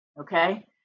Okay